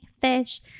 fish